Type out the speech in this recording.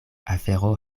afero